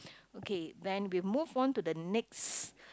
okay then we move on to the next